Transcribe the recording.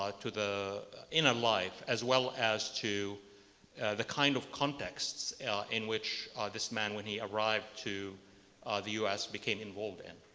ah to the inner life as well as to the kind of contexts in which this man when he arrived to ah the us became involved in.